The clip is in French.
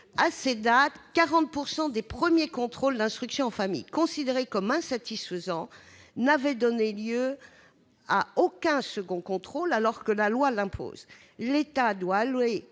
À ces dates, 40 % des premiers contrôles d'instruction en famille considérés comme insatisfaisants n'avaient donné lieu à aucun second contrôle, alors que la loi l'impose. L'État doit allouer